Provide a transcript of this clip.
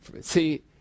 See